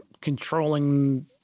controlling